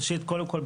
קודם כל,